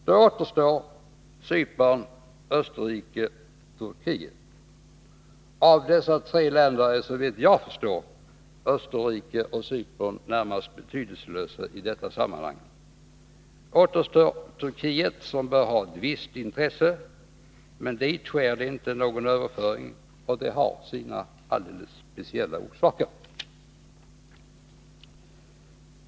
Då återstår Cypern, Österrike och Turkiet. Av dessa tre länder är— såvitt jag förstår — Österrike och Cypern så gott som betydelselösa i detta sammanhang. Till sist kvarstår Turkiet, som bör ha ett visst intresse. Men dit sker det inte någon överföring, och det har sina alldeles speciella orsaker.